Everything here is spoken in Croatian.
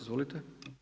Izvolite.